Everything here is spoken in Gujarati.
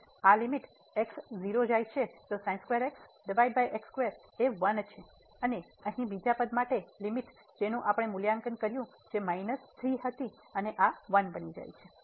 તેથી આ લીમીટ x 0 જાય છે તો 1 છે અને અહીં બીજા પદ માટે લીમીટ જેનું આપણે મૂલ્યાંકન કર્યું જે માઇનસ 3 હતી અને આ 1 બની જાય છે